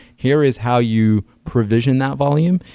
here is how you provision that volume.